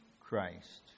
Christ